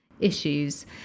issues